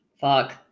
Fuck